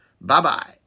Bye-bye